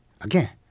Again